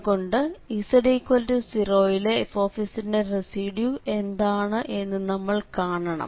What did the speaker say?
അതുകൊണ്ട് z0 യിലെ f ന്റെ റെസിഡ്യൂ എന്താണ് എന്ന് നമ്മൾ കാണണം